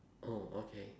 oh okay